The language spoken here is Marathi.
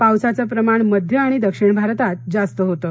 पावसाचं प्रमाण मध्य आणि दक्षिण भारतात जास्त होतं